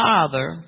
Father